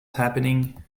happening